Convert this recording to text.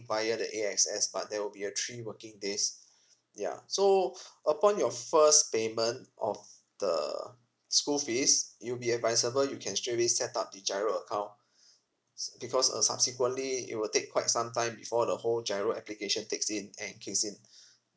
via the A_X_S but there will be a three working days ya so upon your first payment of the school fees it'll be advisable you can straight away set up the G_I_R_O account s~ because uh subsequently it will take quite some time before the whole G_I_R_O application takes in and kicks in